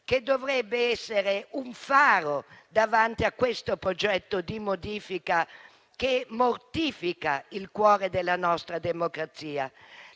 che dovrebbe essere un faro davanti a questo progetto di modifica che mortifica il cuore della nostra democrazia.